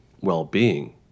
well-being